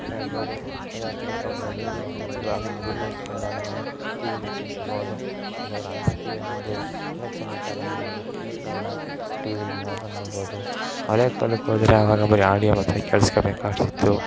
ಹೇಳ್ಬೋದು ಇಲ್ಲ ತಿಳ್ಕೊಳ್ಬೋದು ಈಗ ಒಂದು ವ ಒಂದು ಗುಡ್ ನ್ಯೂಸ್ ಬಂದಾಗ ನಾವು ಟಿವಿಲಿ ವೀಕ್ಷಿಸಬಹುದು ಅಂದರೆ ರಾಜಕೀಯ ಒಂದು ಇಲೆಕ್ಷನ್ ಇದ್ದಾಗ ನಾವು ಅದನ್ನ ನ್ಯೂಸ್ಗಳನ್ನ ಟಿವಿಲಿ ಮಾತ್ರ ನೋಡ್ಬೋದು ಹಳೆ ಕಾಲಕ್ಕೆ ಹೋದರೆ ಅವಾಗ ಬರಿ ಆಡಿಯೋ ಮಾತ್ರ ಕೇಳ್ಸ್ಕೊಳ್ಬೇಕಾಗ್ತಿತ್ತು